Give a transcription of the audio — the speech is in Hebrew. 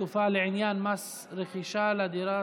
(תקופה לעניין מס רכישה לדירה